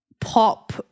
pop